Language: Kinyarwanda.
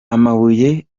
amabuye